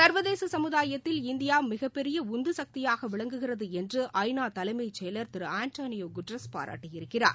சர்வதேச சமுதாயத்தில் இந்தியா மிகப்பெரிய உந்து சக்தியாக விளங்குகிறது என்று ஐநா தலைமைச் செயலர் திரு ஆண்டனியோ குட்ரஸ் பாராட்டியிருக்கிறார்